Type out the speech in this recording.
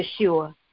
Yeshua